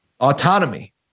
autonomy